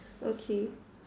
okay